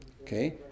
Okay